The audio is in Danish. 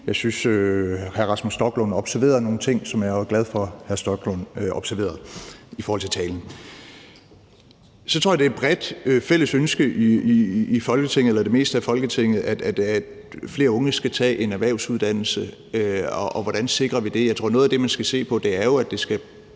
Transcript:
Jeg synes, at hr. Rasmus Stoklund observerede nogle ting i talen, som jeg var glad for at hr. Rasmus Stoklund observerede. Jeg tror, det er et bredt fælles ønske i Folketinget eller det meste af Folketinget, at flere unge skal tage en erhvervsuddannelse, og hvordan sikrer vi det? Jeg tror, noget af det, man skal se på, er, at det skal